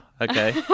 okay